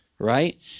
Right